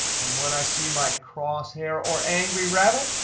and when i see my crosshair or angry rabbit,